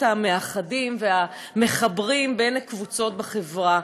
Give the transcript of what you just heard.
המאחדים והמחברים בין הקבוצות בחברה,